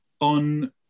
On